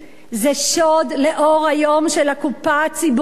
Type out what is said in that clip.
זה שוד לאור היום של הקופה הציבורית.